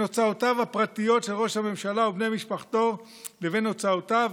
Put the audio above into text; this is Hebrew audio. הוצאותיו הפרטיות של ראש הממשלה ובני משפחתו לבין הוצאותיו